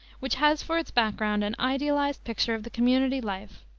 which has for its background an idealized picture of the community life,